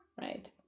right